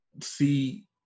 see